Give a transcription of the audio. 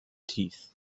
teeth